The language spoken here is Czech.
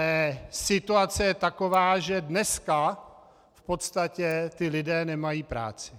Ale situace je taková, že dneska v podstatě ti lidé nemají práci.